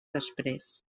després